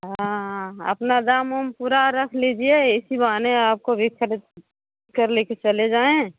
हाँ अपना दाम वोम पूरा रख लीजिये इसी बहाने आपको भी कर ले कर चले जायें